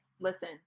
listen